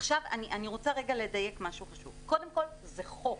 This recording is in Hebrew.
אני רוצה לדייק משהו חשוב קודם כול, זה חוק.